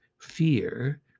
fear